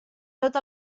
tot